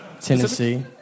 Tennessee